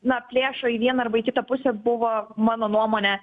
na plėšo į vieną arba į kitą pusę buvo mano nuomone